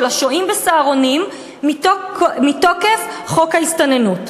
השוהים ב"סהרונים" מתוקף חוק ההסתננות.